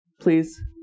please